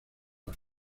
las